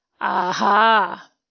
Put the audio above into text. Aha